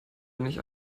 nicht